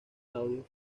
claudio